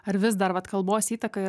ar vis dar vat kalbos įtaka